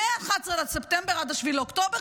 מ-11 בספטמבר עד 7 באוקטובר,